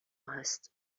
هست